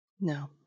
No